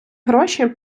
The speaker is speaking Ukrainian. гроші